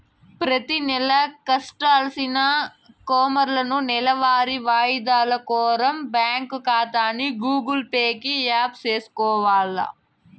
ప్రతినెలా కట్టాల్సిన కార్లోనూ, నెలవారీ వాయిదాలు కోసరం బ్యాంకు కాతాని గూగుల్ పే కి యాప్ సేసుకొవాల